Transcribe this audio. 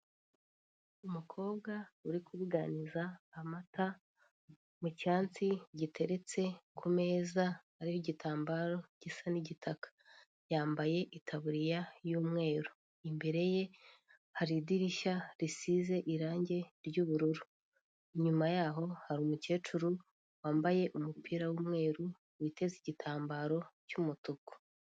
Umukobwa urikubuganiza amata mu cyansi giteretse ku meza ariho igitambaro gisa n'igitaka, yambaye itaburiya y'umweru, imbere ye hari idirishya risize irangi ry'ubururu, inyuma yaho hari umukecuru wambaye umupira w'umweru witeze igitambaro cy'umutuku.